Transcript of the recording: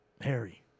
Harry